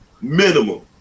Minimum